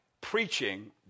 preaching